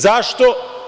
Zašto?